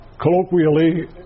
colloquially